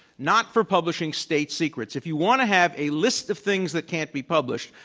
not for publishing state secrets. if you want to have a list of things that can be published,